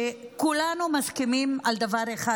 מה שבטוח הוא שכולנו מסכימים על דבר אחד: